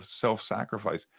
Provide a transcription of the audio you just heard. self-sacrifice